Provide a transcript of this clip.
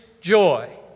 joy